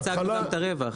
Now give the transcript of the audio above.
בגלל זה הצגנו גם את הרווח.